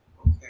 Okay